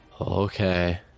Okay